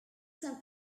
some